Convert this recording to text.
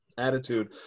Attitude